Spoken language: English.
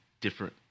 different